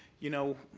you know,